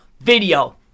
video